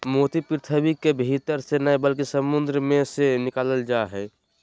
मोती पृथ्वी के भीतर से नय बल्कि समुंद मे से निकालल जा हय